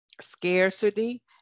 scarcity